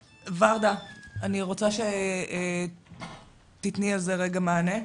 ורדה, אני רוצה שתתני על זה מענה.